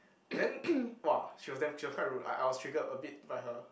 then !wah! she was damn she was quite rude I I was triggered a bit by her